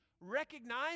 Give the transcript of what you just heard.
recognize